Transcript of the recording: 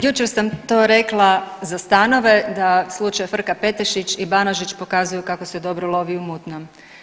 Jučer sam to rekla za stanova da slučaj Frka-Petešić i Banožić pokazuju kako se dobro lovi u mutnom.